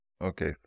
Okay